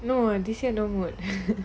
no this year no mood